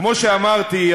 כמו שאמרתי,